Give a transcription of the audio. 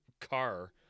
car